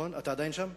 אתה עדיין שם?